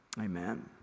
Amen